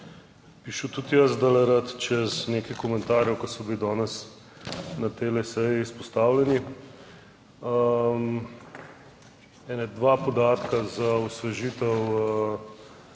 Bi šel tudi jaz zdaj rad čez nekaj komentarjev, ki so bili danes na tej seji izpostavljeni. Ene dva podatka za osvežitev